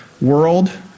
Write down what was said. world